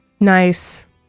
Nice